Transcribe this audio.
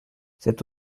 c’est